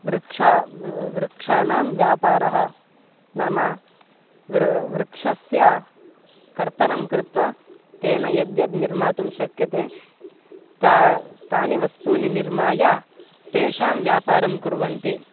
वृक्षाः वृक्षाणां व्यापारः नाम वृ वृक्षस्य कर्तनं कृत्वा तेन यद्यद् निर्मातुं शक्यते ता तानि वस्तूनि निर्माय तेषां व्यापारं कुर्वन्ति